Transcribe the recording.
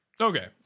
Okay